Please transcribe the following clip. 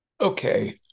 okay